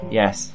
yes